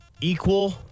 equal